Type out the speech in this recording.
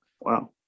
Wow